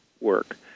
work